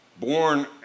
born